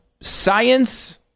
science